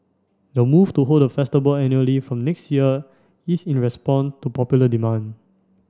the move to hold the festival annually from next year is in response to popular demand